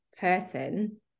person